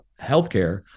healthcare